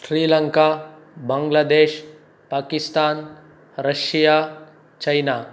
Sri Lanka Bangladesh Pakistan Russia China